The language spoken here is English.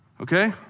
Okay